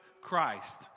Christ